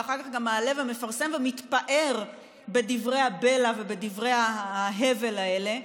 ואחר כך גם מעלה ומפרסם ומתפאר בדברי הבלע ובדברי ההבל האלה.